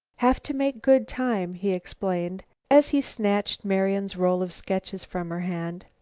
have to make good time, he explained as he snatched marian's roll of sketches from her hand.